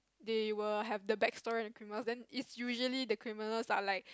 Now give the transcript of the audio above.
they will have the backstory then it's usually the criminals are like